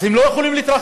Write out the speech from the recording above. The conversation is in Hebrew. אז הם לא יכולים להתרחב.